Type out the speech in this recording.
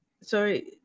sorry